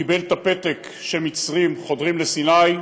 קיבל את הפתק שמצרים חודרים לסיני,